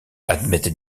admettent